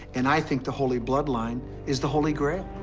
and i think the holy bloodline is the holy grail.